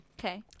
Okay